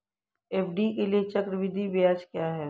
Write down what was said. FD के लिए चक्रवृद्धि ब्याज क्या है?